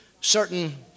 certain